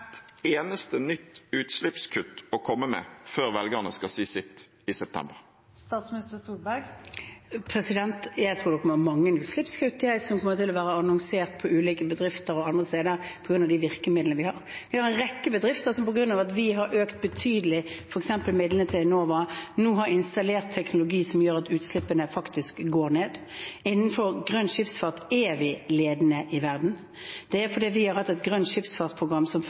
eneste nytt utslippskutt å komme med før velgerne skal si sitt i september? Jeg tror nok det blir mange utslippskutt som kommer til å bli annonsert fra ulike bedrifter og andre steder på grunn av de virkemidlene vi har. Vi har en rekke bedrifter som på grunn av at vi f.eks. har økt midlene betydelig til Enova, nå har installert teknologi som gjør at utslippene faktisk går ned. Innenfor grønn skipsfart er vi ledende i verden. Det er fordi vi har hatt et grønn-skipsfart-program som